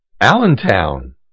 Allentown